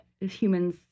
Humans